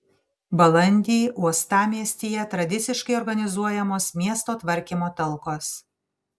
balandį uostamiestyje tradiciškai organizuojamos miesto tvarkymo talkos